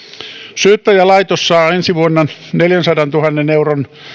syyttäjälaitos saa ensi vuonna neljänsadantuhannen euron